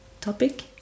topic